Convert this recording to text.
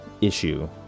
issue